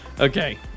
okay